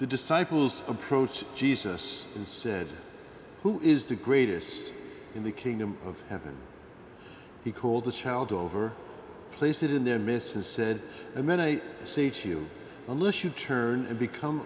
the disciples approach jesus said who is the greatest in the kingdom of heaven he called the child over place it in there mrs said and then i say to you unless you turn and become